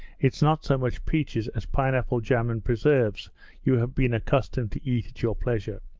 it's not so much peaches as pineapple jam and preserves you have been accustomed to eat at your pleasure